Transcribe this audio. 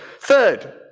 third